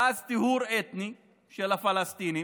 ואז טיהור אתני של הפלסטינים,